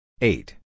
Eight